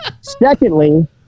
secondly